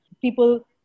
people